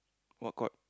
what court